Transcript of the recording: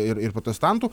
ir ir protestantų